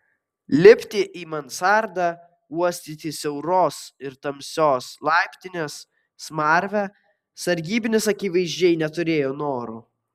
lipti į mansardą uostyti siauros ir tamsios laiptinės smarvę sargybinis akivaizdžiai neturėjo noro